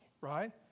right